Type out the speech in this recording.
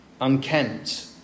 unkempt